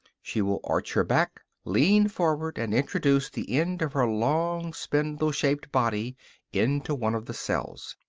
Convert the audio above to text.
she will arch her back, lean forward, and introduce the end of her long spindle-shaped body into one of the cells.